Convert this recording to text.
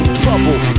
trouble